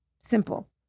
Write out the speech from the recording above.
simple